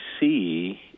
see